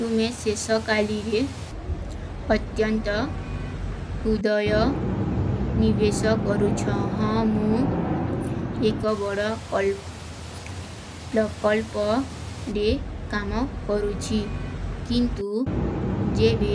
ତୁମ୍ହେଂ ସେଶକାଲୀରେ ଅଥ୍ଯନ୍ତ ଭୁଦଯା ନିଵେଶ କରୂଛା। ହାଁ ମୁ ଏକ ବଡା କଲ୍ପରେ କାମ କରୂଛୀ। କିନ୍ତୁ ଜେଵେ